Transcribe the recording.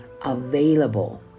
available